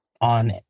on